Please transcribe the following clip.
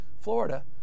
Florida